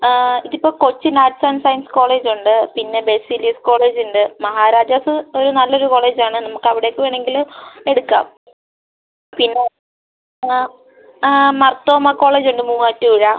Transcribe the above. ഇതിപ്പോൾ Cochin arts and science college ഉണ്ട് പിന്നെ ബെസിലിയസ് കോളേജ് ഉണ്ട് മഹാരാജാസ് ഒരു നല്ലൊരു കോളേജാണ് നമുക്ക് അവിടേയക്ക് വേണമെങ്കിൽ എടുക്കാം പിന്നെ ആ ആ മാർത്തോമ കോളേജ് ഉണ്ട് മൂവാറ്റുപുഴ